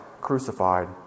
crucified